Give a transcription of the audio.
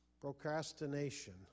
Procrastination